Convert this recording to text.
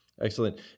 Excellent